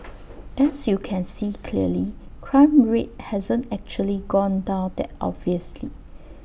as you can see clearly crime rate hasn't actually gone down that obviously